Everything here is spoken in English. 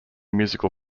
musical